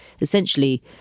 essentially